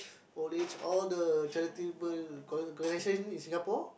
old age all the charitable organization in Singapore